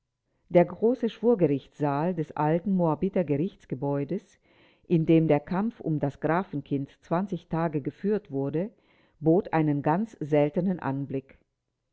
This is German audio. der große schwurgerichtssaal des alten moabiter gerichtsgebäudes in dem der kampf um das grafenkind tage geführt wurde bot einen ganz seltenen anblick